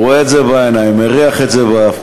הוא רואה את זה בעיניים, מריח את זה באף.